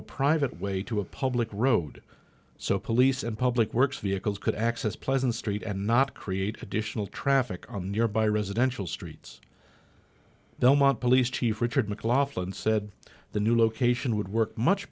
a private way to a public road so police and public works vehicles could access pleasant street and not create additional traffic on nearby residential streets belmont police chief richard mclaughlin said the new location would work much